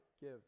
give